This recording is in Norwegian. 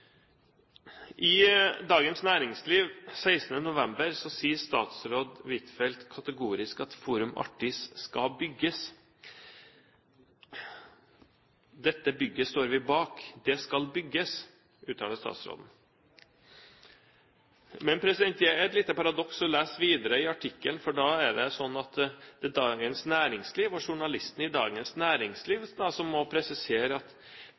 I Dagens Næringsliv den 16. november sier statsråd Huitfeldt kategorisk at ««Forum Artis» blir bygget». Statsråden uttalte: «Dette bygget står vi bak. Det skal bygges.» Men det er et lite paradoks å lese videre i artikkelen, for det er journalisten i Dagens Næringsliv som må presisere: «Dersom Stortinget i 2012 vedtar prosjektet, blir byggestart i 2014.» Er det sånn at